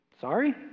sorry